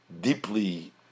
deeply